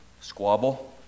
squabble